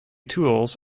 tools